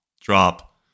drop